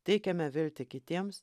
teikiame viltį kitiems